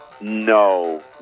No